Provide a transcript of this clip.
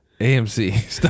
AMC